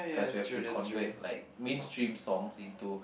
cause we have to convert like mainstream songs into